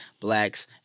blacks